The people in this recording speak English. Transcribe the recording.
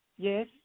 Yes